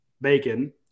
bacon